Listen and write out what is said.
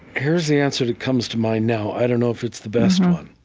here's the answer that comes to mind now. i don't know if it's the best one.